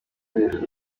yahesheje